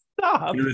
Stop